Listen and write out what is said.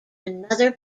another